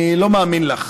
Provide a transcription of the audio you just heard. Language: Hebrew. אני לא מאמין לך,